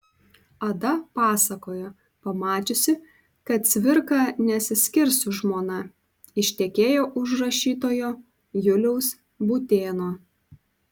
ada pasakojo pamačiusi kad cvirka nesiskirs su žmona ištekėjo už rašytojo juliaus būtėno